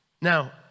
Now